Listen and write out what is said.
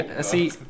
see